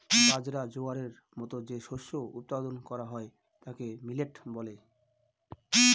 বাজরা, জোয়ারের মতো যে শস্য উৎপাদন করা হয় তাকে মিলেট বলে